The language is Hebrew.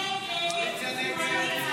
הסתייגות 61 לא נתקבלה.